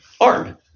arm